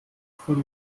von